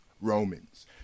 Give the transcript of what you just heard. Romans